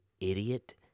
idiot